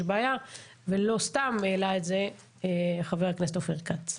בעיה ולא סתם העלה את זה ח"כ אופיר כץ.